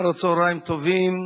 אחר הצהריים טובים,